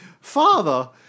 father